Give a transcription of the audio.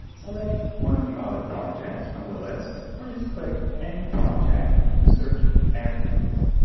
select one of the other projects from the list or just click any project to search everywhere.